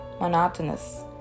monotonous